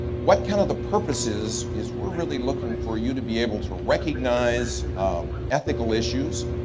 what kind of the purpose is is we're really looking for you to be able to recognize ethical issues.